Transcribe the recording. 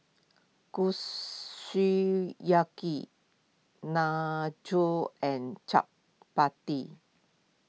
Kushiyaki Nachos and Chapati